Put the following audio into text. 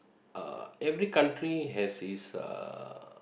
uh every country has his uh